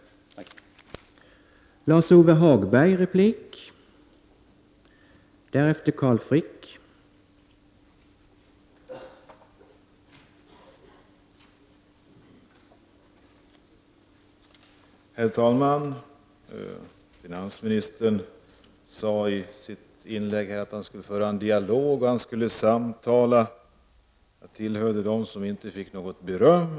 Tack.